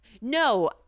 No